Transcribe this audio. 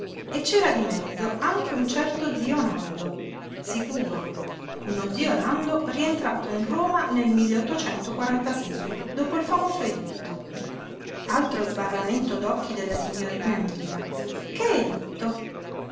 e c'era di mezzo anche un certo zio nando sicuro uno zio nando rientrato in roma nel dopo il famoso editto altro sbarramento d'occhi della signorina milla che editto